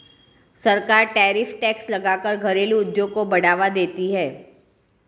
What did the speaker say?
सरकार tariff tax लगा कर घरेलु उद्योग को बढ़ावा देती है